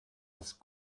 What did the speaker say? das